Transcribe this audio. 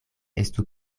estu